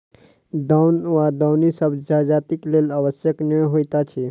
दौन वा दौनी सभ जजातिक लेल आवश्यक नै होइत अछि